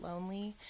lonely